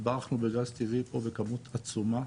התברכנו בגז טבעי פה בכמות עצומה,